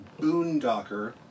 Boondocker